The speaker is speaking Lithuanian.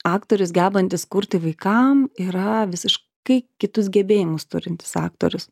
aktorius gebantis kurti vaikam yra visiškai kitus gebėjimus turintis aktorius